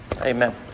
Amen